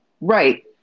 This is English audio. Right